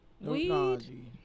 weed